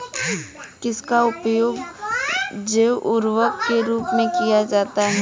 किसका उपयोग जैव उर्वरक के रूप में किया जाता है?